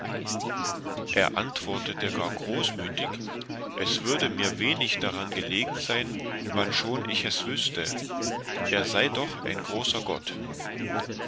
er antwortete gar großmütig es würde mir wenig daran gelegen sein wannschon ich es wüßte er sei doch ein großer gott